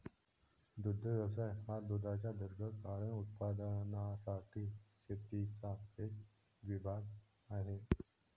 दुग्ध व्यवसाय हा दुधाच्या दीर्घकालीन उत्पादनासाठी शेतीचा एक विभाग आहे